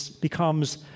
becomes